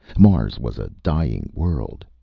mars was a dying world.